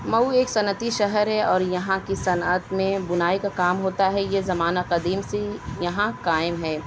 مئو ایک صنعتی شہر ہے اور یہاں کی صنعت میں بُنائی کا کام ہو تا ہے یہ زمانہ قدیم سے یہاں قائم ہے